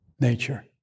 nature